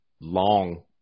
long